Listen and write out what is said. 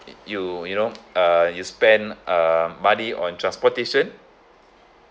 you you know uh you spend uh money on transportation